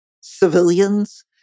civilians